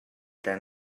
than